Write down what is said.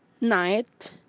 night